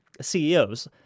CEOs